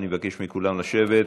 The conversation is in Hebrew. אני מבקש מכולם לשבת.